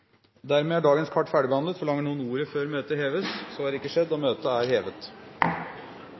Dermed er dagens kart ferdigbehandlet. Forlanger noen ordet før møtet heves? – Møtet er hevet.